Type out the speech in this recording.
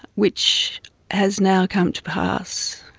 which has now come to pass.